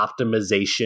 optimization